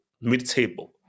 mid-table